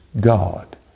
God